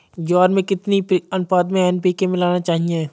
ज्वार में कितनी अनुपात में एन.पी.के मिलाना चाहिए?